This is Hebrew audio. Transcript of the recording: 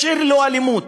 יש "עיר ללא אלימות"